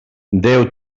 déu